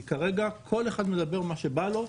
כי כרגע כל אחד מדבר מה שבא לו,